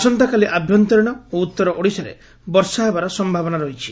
ଆସନ୍ତାକାଲି ଆଭ୍ୟନ୍ତରୀଣ ଓ ଉଉର ଓଡିଶାରେ ବର୍ଷା ହେବାର ସମ୍ଭାବନା ରହିଛି